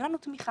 אין לנו תמיכה.